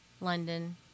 London